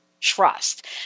trust